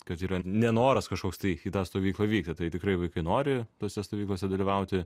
kad yra nenoras kažkoks tai į tą stovyklą vykti tai tikrai vaikai nori tose stovyklose dalyvauti